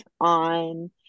on